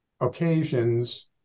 occasions